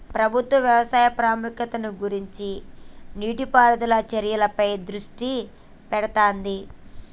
ప్రభుత్వం వ్యవసాయ ప్రాముఖ్యతను గుర్తించి నీటి పారుదల చర్యలపై దృష్టి పెడుతాంది